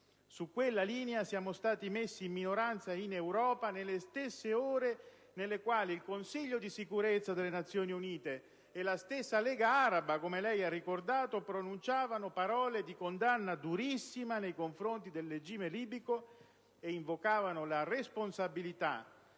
Su quella linea siamo stati messi in minoranza in Europa nelle stesse ore nelle quali il Consiglio di sicurezza delle Nazioni Unite e la stessa Lega araba, come lei ha ricordato, pronunciavano parole di condanna durissima nei confronti del regime libico e invocavano la responsabilità